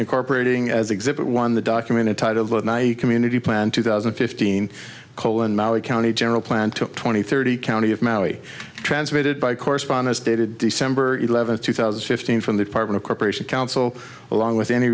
incorporating as exhibit one the document entitled love my community plan two thousand and fifteen colon maui county general plan to twenty thirty county of maui transmitted by correspondence dated december eleventh two thousand and fifteen from the department corporation counsel along with any